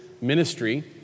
ministry